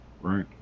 right